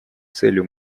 целью